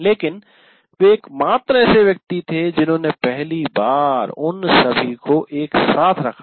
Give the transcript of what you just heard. लेकिन वे एकमात्र ऐसे व्यक्ति थे जिन्होंने पहली बार उन सभी को एक साथ रखा